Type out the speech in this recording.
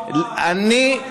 אה,